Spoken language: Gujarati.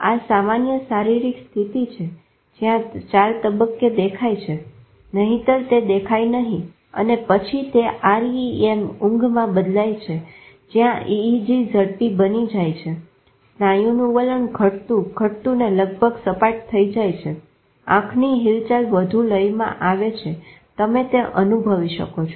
આ સામાન્ય શારીરિક સ્થિતિ છે જ્યાં 4 તબક્કે દેખાય છે નહિતર તે દેખાય નહી અને પછી તે REM ઊંઘમાં બદલાય છે જ્યાં EEG ઝડપી બની જાય છે સ્નાયુનું વલણ ઘટતું ઘટતું તે લગભગ સપાટ થઇ જાય છે આંખની હિલચાલ વધુ લયમાં આવે છે તમે તે અનુભવી શકો છો